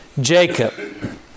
Jacob